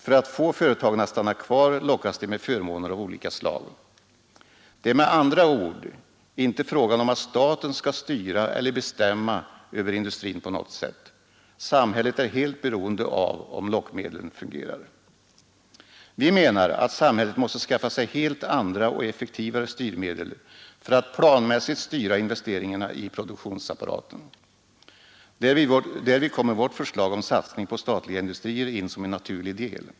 För att få företagen att stanna kvar lockas de med förmåner av olika slag. Det är med andra ord inte fråga om att staten skall styra eller bestämma över industrin på något sätt. Samhället är helt beroende av om lockmedlen fungerar. Vi menar att samhället måste skaffa sig helt andra och effektivare styrmedel för att planmässigt styra investeringarna i produktionsapparaten. Därvid kommer vårt förslag om satsning på statliga industrier in som en naturlig del.